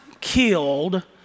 killed